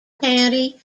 county